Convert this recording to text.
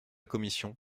commission